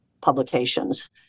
publications